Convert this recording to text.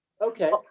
Okay